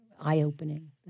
eye-opening